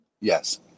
Yes